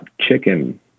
chicken